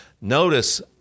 Notice